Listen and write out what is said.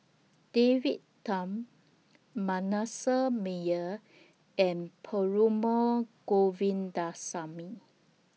David Tham Manasseh Meyer and Perumal